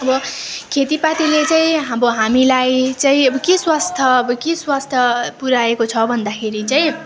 अबो खेतीपातीले चाहिँ अब हामीलाई चाहिँ के स्वास्थ्य अब के स्वास्थ पुऱ्याएको छ भन्दाखिरि चैँ